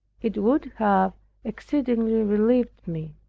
it would have exceedingly relieved me.